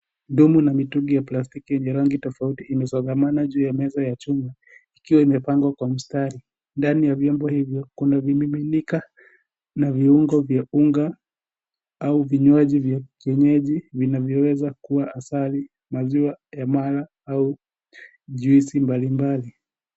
Vidumu na mitungi ya plastiki, yenye rangi tofauti imesongamana juu ya meza ya chuma. Ikiwa imepangwa kwa mistari ,ndani ya vyombo hivyo, kuna vimiminika na viungo vya unga au vinywaji vya kienyeji, vinavyoweza kuwa asali, maziwa ya mala au juice mbalimbali.